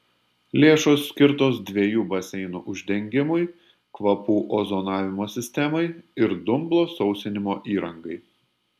lėšos skirtos dviejų baseinų uždengimui kvapų ozonavimo sistemai ir dumblo sausinimo įrangai